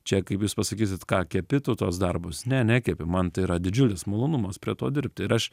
čia kaip jūs pasakysit ką kepi tu tuos darbus ne nekepi man tai yra didžiulis malonumas prie to dirbti ir aš